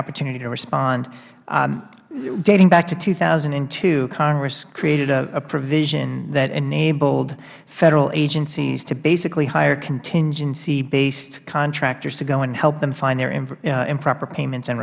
opportunity to respond dating back to two thousand and two congress created a provision that enabled federal agencies to basically hire contingency based contractors to go and help them find their improper payments and